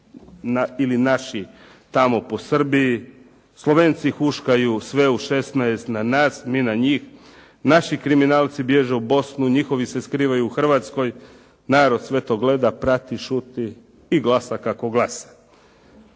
ili naši tamo po Srbiji, Slovenci huškaju sve u šesnaest na nas, mi na njih, naši kriminalci bježe u Bosnu, njihovi se skrivaju u Hrvatskoj. Narod sve to gleda, prati, šuti i glasa kako glasa,